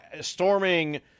storming